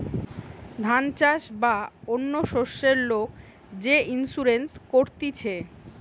ধান চাষ বা অন্য শস্যের লোক যে ইন্সুরেন্স করতিছে